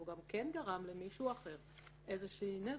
וגם גרם למישהו אחר איזה שהוא נזק.